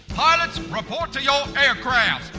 pilots, report to your aircraft.